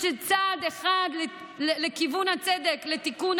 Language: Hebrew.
עד היום הזה, מתחילת השנה, נרצחו 13 נשים.